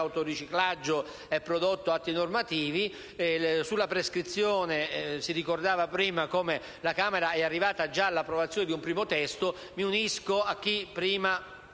autoriciclaggio e prodotto atti normativi. Sulla prescrizione si è ricordato prima come la Camera sia arrivata già all'approvazione di un primo testo. E mi unisco a chi prima